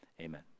Amen